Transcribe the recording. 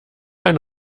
eine